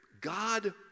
God